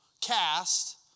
cast